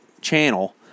channel